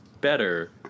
better